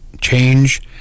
change